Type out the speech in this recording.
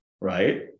right